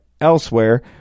elsewhere